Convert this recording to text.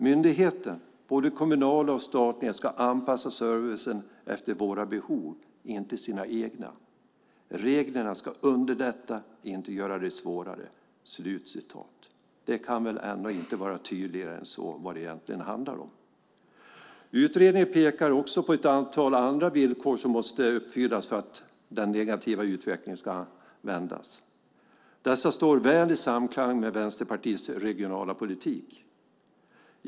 Myndigheterna, både kommunala och statliga, ska anpassa servicen efter våra behov, inte sina egna. Reglerna ska underlätta, inte göra det svårare, skriver han. Det kan väl ändå inte vara tydligare än så vad det egentligen handlar om. Utredningen pekar också på ett antal andra villkor som måste uppfyllas för att den negativa utvecklingen ska vändas. Dessa står väl i samklang med Vänsterpartiets regionala politik.